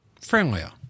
Friendlier